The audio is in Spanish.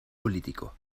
político